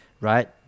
right